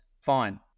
fine